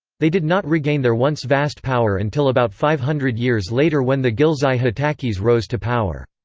they did not regain their once vast power until about five hundred years later when the ghilzai hotakis rose to power.